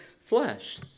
flesh